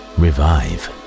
revive